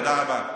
תודה רבה.